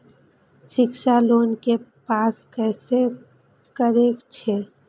शिक्षा लोन के पास करें छै?